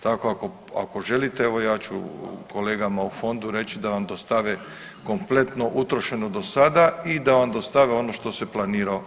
Tako ako želite evo ja ću kolegama u fondu reći da vam dostave kompletno utrošeno do sada i da vam dostave ono što se planira utrošiti.